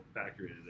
accurate